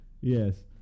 Yes